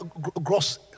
gross